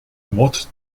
what